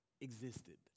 existed